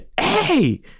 Hey